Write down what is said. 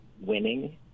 winning